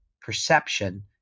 perception